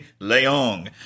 Leong